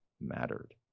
mattered